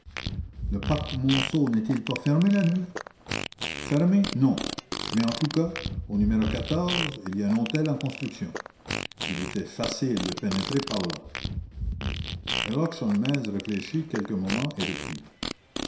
le parc monceau n'est-il pas fermé la nuit fermé non mais en tout cas au numéro il y a un hôtel en construction il était facile de pénétrer par là herlock sholmès réfléchit quelques moments et reprit